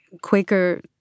Quaker